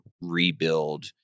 rebuild